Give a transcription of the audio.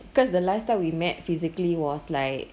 because the last time we met physically was like